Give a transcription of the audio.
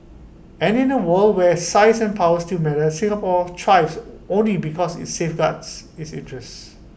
and in A world where size and power still matter Singapore thrives only because IT safeguards its interests